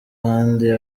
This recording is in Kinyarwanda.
kandi